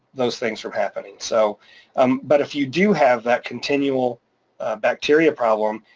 those things from happening. so um but if you do have that continual bacteria problem,